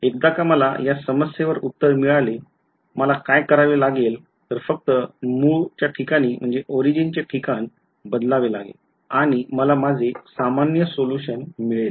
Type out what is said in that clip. एकदा का मला या समस्येवर उत्तर मिळाले मला काय करावे लगे तर फक्त मूळ चे ठिकाण बदलावे लागेल आणि मला माझे सामान्य सोल्युशन मिळेल